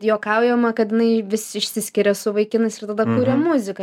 juokaujama kad jinai vis išsiskiria su vaikinais ir kuria muziką